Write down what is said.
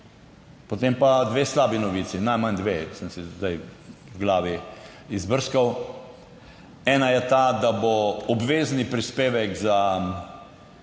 Potem pa dve slabi novici. Najmanj dve, sem si zdaj v glavi izbrskal. Ena je ta, da bo obvezni prispevek za